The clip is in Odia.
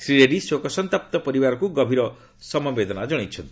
ଶ୍ରୀ ରେଡ୍ଜୀ ଶୋକସନ୍ତପ୍ତ ପରିବାରକୁ ଗଭୀର ସମବେଦନା ଜଣାଇଛନ୍ତି